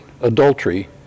adultery